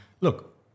look